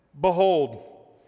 Behold